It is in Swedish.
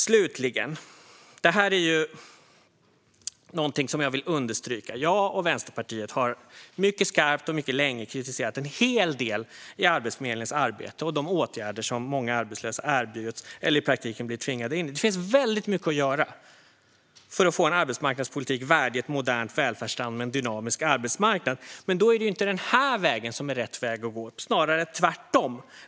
Slutligen: Jag vill understryka att jag och Vänsterpartiet mycket skarpt och mycket länge har kritiserat en hel del i Arbetsförmedlingens arbete och de åtgärder som många arbetslösa erbjuds eller i praktiken blir tvingade in i. Det finns väldigt mycket att göra för att få en arbetsmarknadspolitik värdig ett modernt välfärdsland med en dynamisk arbetsmarknad. Men då är inte den här vägen rätt väg att gå, snarare tvärtom.